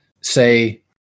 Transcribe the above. say